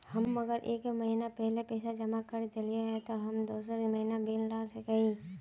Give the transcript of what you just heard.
हम अगर एक महीना पहले पैसा जमा कर देलिये ते हम दोसर महीना बिल ला सके है की?